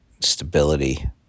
Stability